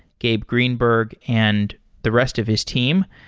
gabe greenberg, and the rest of his team.